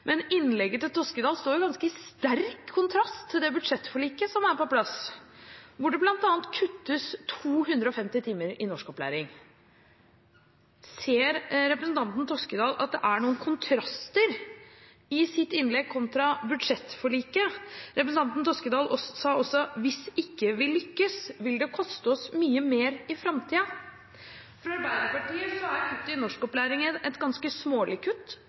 Men innlegget til Toskedal står i ganske sterk kontrast til det budsjettforliket som er på plass, hvor det bl.a. kuttes 250 timer i norskopplæring. Ser representanten Toskedal at det er noen kontraster i sitt innlegg kontra budsjettforliket? Representanten Toskedal sa også at hvis ikke vi lykkes, vil det koste oss mye mer i framtiden. For Arbeiderpartiet er kuttet i norskopplæringen et ganske smålig kutt